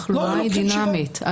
התחלואה היא דינמית.